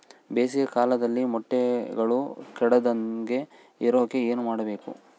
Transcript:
ಬೇಸಿಗೆ ಕಾಲದಲ್ಲಿ ಮೊಟ್ಟೆಗಳು ಕೆಡದಂಗೆ ಇರೋಕೆ ಏನು ಮಾಡಬೇಕು?